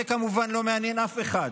זה כמובן לא מעניין אף אחד.